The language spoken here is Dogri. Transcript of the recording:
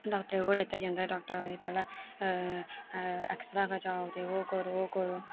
डाक्टर कोल लैत्ता जंदा ऐ डाक्टर आखदे पैह्लें ऐक्सरा खचाओ ते ओह् करो ते ओह् करो